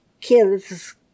kids